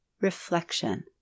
reflection